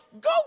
go